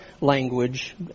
language